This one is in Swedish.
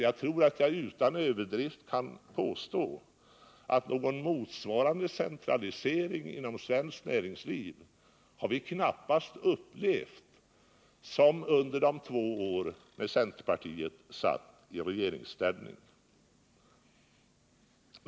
Jag tror att jag utan överdrift kan påstå att vi knappast tidigare upplevt en centralisering inom svenskt näringsliv motsvarande den vi upplevde under de två åren med centerpartiet i regeringsställning.